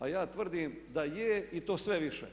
A ja tvrdim da je i to sve više.